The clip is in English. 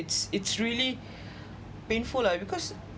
it's it's really painful lah because